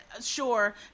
sure